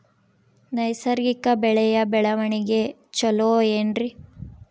ನೈಸರ್ಗಿಕ ಬೆಳೆಯ ಬೆಳವಣಿಗೆ ಚೊಲೊ ಏನ್ರಿ?